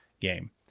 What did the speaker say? game